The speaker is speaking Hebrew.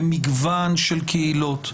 במגוון של קהילות,